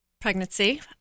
pregnancy